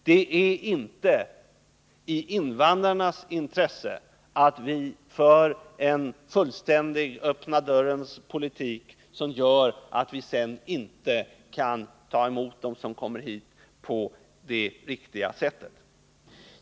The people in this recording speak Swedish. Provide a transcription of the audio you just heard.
Det är inte i invandrarnas intresse att vi för en den fullständigt öppna dörrens politik som gör att vi sedan inte kan ta emot dem som kommer hit på det riktiga sättet.